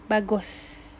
bagus